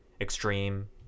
extreme